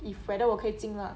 if whether 我可以进啦